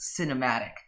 cinematic